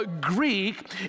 Greek